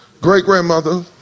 great-grandmother